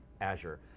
azure